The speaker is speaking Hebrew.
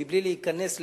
ומבלי להיכנס לפרטים,